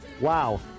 Wow